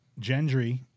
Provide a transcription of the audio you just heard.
Gendry